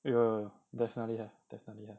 ya definitely have definitely have